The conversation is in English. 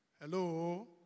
hello